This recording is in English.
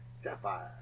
Sapphire